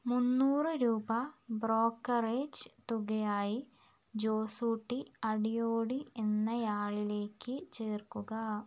മുന്നൂറ് രൂപ ബ്രോക്കറേജ് തുകയായി ജോസൂട്ടി അടിയോടി എന്നയാളിലേക്ക് ചേർക്കുക